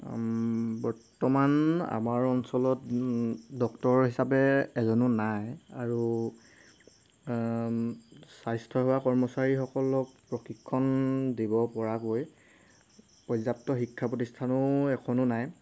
বৰ্তমান আমাৰ অঞ্চলত ডক্টৰ হিচাপে এজনো নাই আৰু স্বাস্থ্যসেৱা কৰ্মচাৰীসকলক প্ৰশিক্ষণ দিব পৰাকৈ পৰ্যাপ্ত শিক্ষা প্ৰতিষ্ঠানো এখনো নাই